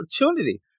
opportunity